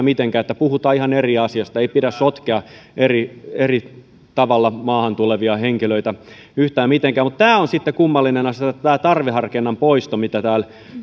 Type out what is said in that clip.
mitenkään niin että puhutaan ihan eri asiasta ei pidä sotkea eri eri tavalla maahan tulevia henkilöitä yhtään mitenkään mutta tämä on sitten kummallinen asia tämä tarveharkinnan poisto mistä täällä